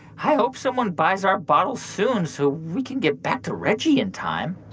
i hope someone buys our bottle soon, so we can get back to reggie in time